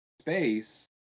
space